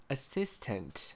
Assistant